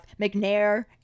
McNair